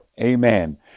Amen